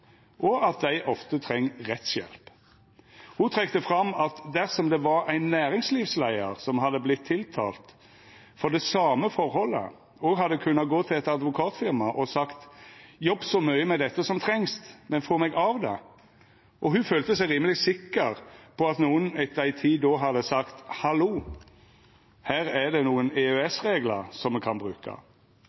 og at dei ofte treng rettshjelp. Ho trekte fram at dersom det var ein næringslivsleiar som hadde vorte tiltalt for det same forholdet og hadde kunna gå til eit advokatfirma og sagt «jobb så mykje som trengst, men få meg av dette», følte ho seg rimeleg sikker på at nokon etter ei tid då hadde sagt: «Hallo, her er det nokre EØS-reglar som me kan bruka.»